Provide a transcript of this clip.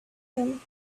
him